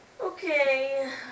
Okay